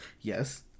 yes